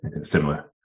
similar